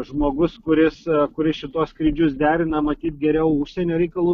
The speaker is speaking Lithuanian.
žmogus kuris kuris šituos skrydžius derina matyt geriau užsienio reikalų